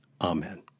Amen